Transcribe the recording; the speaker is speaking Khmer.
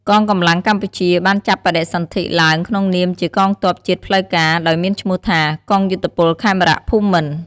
កងកម្លាំងកម្ពុជា បានចាប់បដិសន្ធិឡើងក្នុងនាមជាកងទ័ពជាតិផ្លូវការណ៍ ដោយមានឈ្មោះថា "កងយោធពលខេមរៈភូមិន្ទ" ។